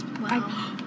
Wow